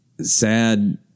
sad